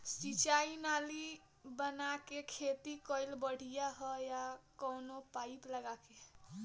सिंचाई नाली बना के खेती कईल बढ़िया ह या कवनो पाइप लगा के?